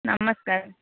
ନମସ୍କାର